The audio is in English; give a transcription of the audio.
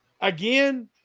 again